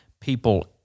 people